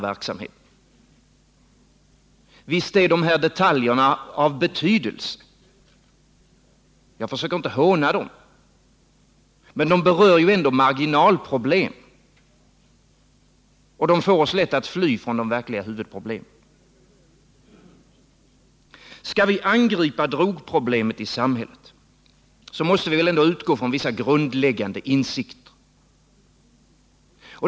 Visst är de här detaljerna av betydelse — jag försöker inte håna dem. Men de berör ändå marginalproblem, och de får oss lätt att fly från de verkliga huvudproblemen. Skall vi angripa drogproblemet i samhället måste vi väl ändå utgå från vissa grundläggande insikter.